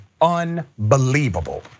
unbelievable